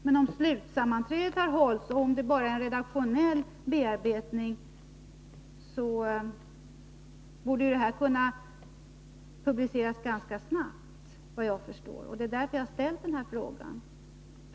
Men om slutsammanträdet har hållits och om det bara är en redaktionell bearbetning kvar, borde ju handboken kunna publiceras ganska snart, såvitt jag förstår. Det är därför jag har ställt den här frågan.